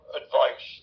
advice